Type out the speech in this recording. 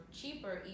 cheaper